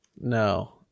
no